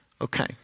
Okay